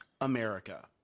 America